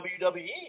WWE